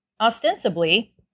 Ostensibly